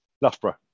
Loughborough